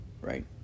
right